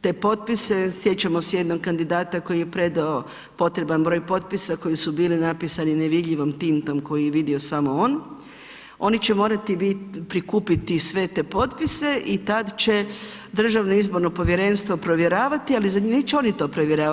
te potpise, sjećamo se jednog kandidata koji je predao potreban broj potpisa koji su bili napisani nevidljivom tintom koju je vidio samo on, oni će morati prikupiti sve te potpise i tad će DIP provjeravati ali zar neće oni to provjeravati?